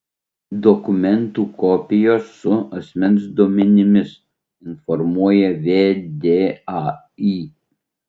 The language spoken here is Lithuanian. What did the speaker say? dokumentų kopijos su asmens duomenimis informuoja vdai